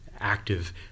active